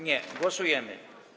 Nie. Głosujemy.